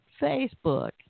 Facebook